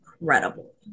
incredible